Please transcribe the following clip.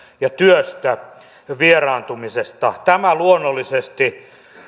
ja työstä vieraantumisesta tämä luonnollisesti